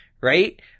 right